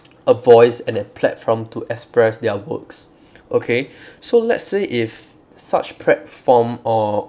a voice and a platform to express their works okay so let's say if such platform or